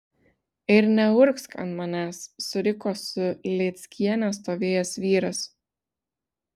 ir neurgzk ant manęs suriko su lėckiene stovėjęs vyras